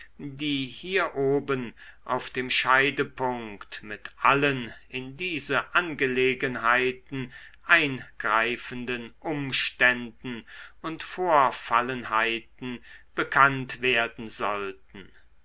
die hier oben auf dem scheidepunkt mit allen in diese angelegenheiten eingreifenden umständen und vorfallenheiten bekannt werden sollten